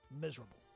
miserable